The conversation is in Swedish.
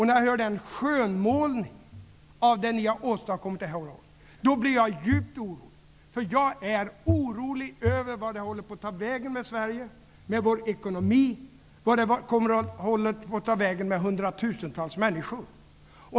När man skönmålar det som åstadkommits under året blir jag djupt orolig. Jag är orolig över vart det håller på att ta vägen med Sverige vad gäller vår ekonomi och hundratusentals människor.